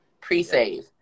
Pre-save